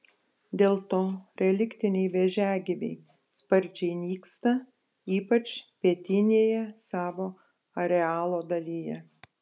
dėl to reliktiniai vėžiagyviai sparčiai nyksta ypač pietinėje savo arealo dalyje